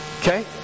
Okay